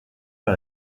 par